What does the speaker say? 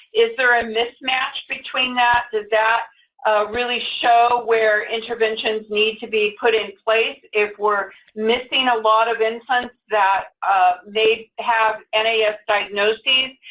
is there a mismatch between that? does that really show where interventions need to be put in place, if we're missing a lot of infants that may have and nas ah diagnoses?